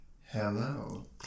Hello